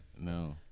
No